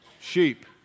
Sheep